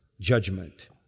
Judgment